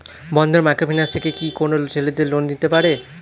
বন্ধন micro finance থেকে কি কোন ছেলেদের লোন দিতে পারে?